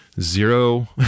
zero